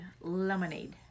lemonade